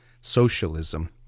socialism